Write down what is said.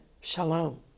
Shalom